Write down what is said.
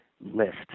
list